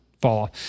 fall